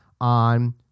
on